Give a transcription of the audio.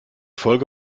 folge